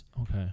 Okay